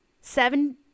seven